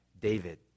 David